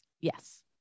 Yes